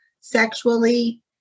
sexually